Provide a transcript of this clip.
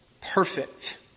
perfect